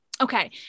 Okay